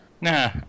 Nah